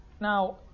now